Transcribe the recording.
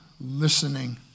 listening